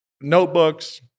notebooks